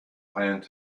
planned